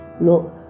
No